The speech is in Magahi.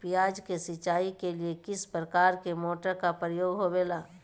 प्याज के सिंचाई के लिए किस प्रकार के मोटर का प्रयोग होवेला?